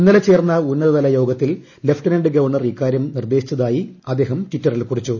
ഇന്നലെ ചേർന്ന ഉന്നതതല യോഗത്തിൽ ലഫ്റ്റനന്റ് ഗവർണർ ഇക്കാരൃം നിർദ്ദേശിച്ചതായി അദ്ദേഹ്യാപ്പ ടിറ്ററിൽ കുറിച്ചു